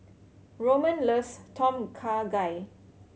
Roman loves Tom Kha Gai